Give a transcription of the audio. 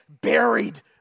buried